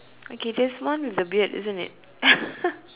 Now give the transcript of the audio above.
okay there's one with the beard isn't it